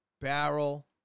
barrel